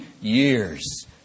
years